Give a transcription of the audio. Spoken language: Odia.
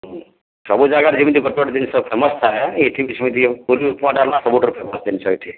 ହୁଁ ସବୁ ଜାଗାରେ ଯେମିତି ଗୋଟେ ଗୋଟେ ଜିନିଷ ଫେମସ୍ ଥାଏ ଏଠି ବି ସେମିତି ପୁରୀ ଉପମା ଡାଲମା ସବୁଠାରୁ ଫେମସ୍ ଜିନିଷ ଏଠି